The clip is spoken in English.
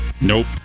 Nope